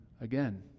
again